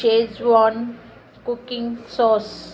Schezwan cooking sauce